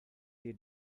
you